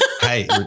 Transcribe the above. Hey